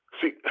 See